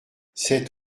sept